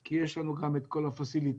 כי יש לנו גם את כל הציוד הנדרש.